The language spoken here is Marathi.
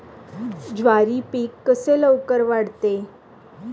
ज्वारी पीक कसे लवकर वाढते?